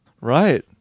Right